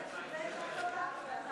ההצעה להפוך את הצעת חוק הלוואות לדיור (תיקון,